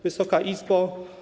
Wysoka Izbo!